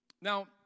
Now